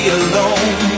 alone